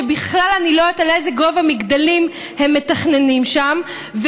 שבכלל אני לא יודעת איזה גובה המגדלים שהם מתכננים שם,